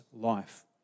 life